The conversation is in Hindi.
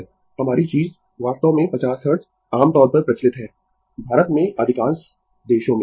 Refer Slide Time 1536 हमारी चीज वास्तव में 50 हर्ट्ज आमतौर पर प्रचलित है भारत में अधिकांश देशों में